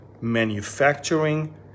manufacturing